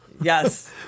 yes